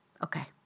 Okay